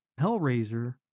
Hellraiser